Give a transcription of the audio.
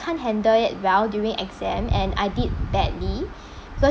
can't handle it well during exam and I did badly because